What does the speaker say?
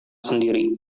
sendiri